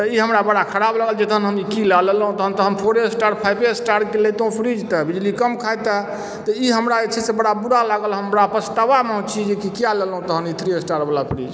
तऽ ई हमरा बड़ा खराब लागल हम तखन ई कि लऽ लेलहुॅं तखन तऽ हम फोरे स्टार फाइवे स्टार के लेतहुॅं फ्रिज तऽ बिजली कम खाइत तऽ ई हमरा जे छै से बड़ा बुरा लागल हम बड़ा पछतावा मे छी जे कि किया लेलहुॅं तखन ई थ्री स्टार बला फ्रिज